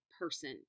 person